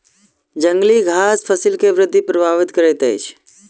जंगली घास फसिल के वृद्धि प्रभावित करैत अछि